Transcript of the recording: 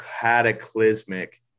cataclysmic